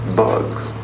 bugs